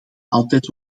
altijd